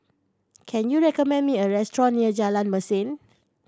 can you recommend me a restaurant near Jalan Mesin